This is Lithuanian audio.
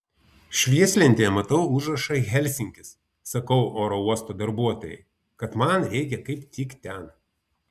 švieslentėje matau užrašą helsinkis sakau oro uosto darbuotojai kad man reikia kaip tik ten